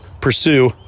pursue